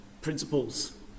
principles